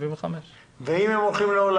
יש שם גם אנשים בני 75. ואם הם הולכים לעולמם,